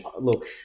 look